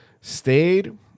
stayed